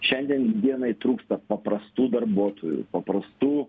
šiandien dienai trūksta paprastų darbuotojų paprastų